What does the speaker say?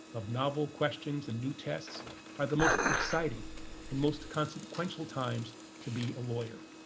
of novel questions and new tests are the most exciting and most consequential times to be a lawyer.